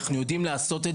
אנחנו יודעים לעשות את